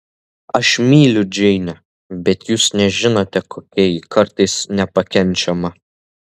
aš myliu džeinę bet jūs nežinote kokia ji kartais nepakenčiama